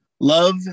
Love